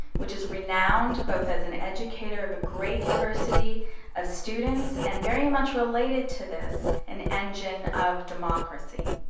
which is renowned both as an educator of a great diversity of students, and very much related to this, an engine of democracy.